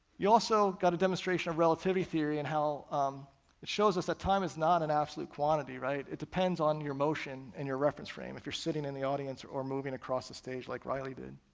you also got a demonstration of relativity theory, and how um it shows us that time is not an absolute quantity, right? it depends on your motion and your reference frame if you're sitting in the audience or or moving across the stage like reilly did.